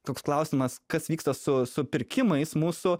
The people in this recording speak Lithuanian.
toks klausimas kas vyksta su su pirkimais mūsų